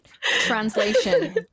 Translation